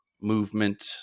movement